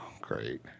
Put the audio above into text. great